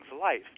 life